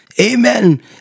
amen